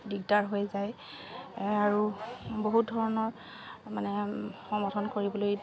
দিগদাৰ হৈ যায় আৰু বহুত ধৰণৰ মানে সমৰ্থন কৰিবলৈ